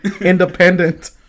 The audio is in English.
Independent